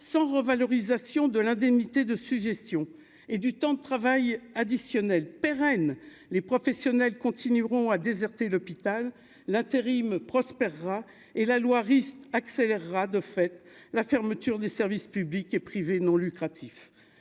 sans revalorisation de l'indemnité de suggestions et du temps de travail additionnel pérenne les professionnels continueront à déserter l'hôpital l'intérim prospérera et la loi risque accélérera de fait, la fermeture des services publics et privés non lucratifs